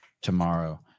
tomorrow